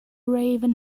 raven